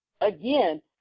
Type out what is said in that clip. again